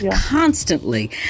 constantly